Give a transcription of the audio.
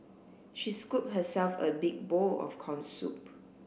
she scooped herself a big bowl of corn soup